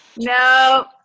No